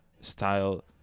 style